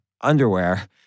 Underwear